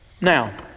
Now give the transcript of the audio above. Now